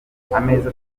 tuzakomeza